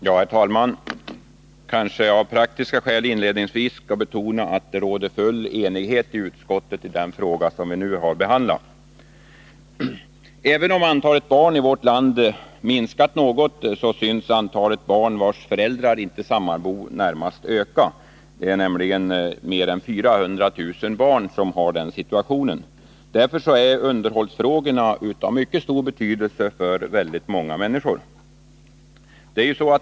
Herr talman! Av praktiska skäl skall jag kanske inledningsvis betona att det i utskottet råder full enighet i den fråga som vi nu har att behandla. Även om antalet barn i vårt land minskat något, synes antalet barn vilkas föräldrar inte sammanbor att närmast öka. Det är nämligen mer än 400 000 barn som har den situationen. Därför är underhållsfrågorna av mycket stor betydelse för många människor.